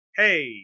hey